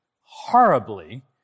horribly